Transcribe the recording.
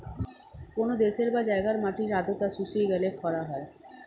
কোন দেশের বা জায়গার মাটির আর্দ্রতা শুষিয়ে গেলে খরা হয়